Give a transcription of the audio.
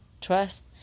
trust